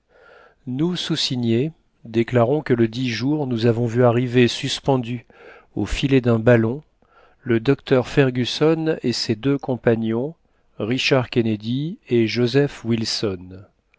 nous soussignés déclarons que ledit jour nous avons vu arriver suspendus au filet d'un ballon le docteur fergusson et ses deux compagnons richard kennedy et joseph wilson